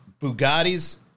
Bugattis